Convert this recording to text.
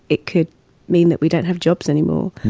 it could mean that we don't have jobs anymore.